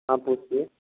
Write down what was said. پوچھیے